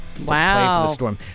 Wow